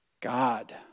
God